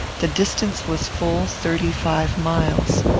the distance was full thirty-five miles.